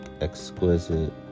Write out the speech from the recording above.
exquisite